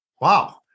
Wow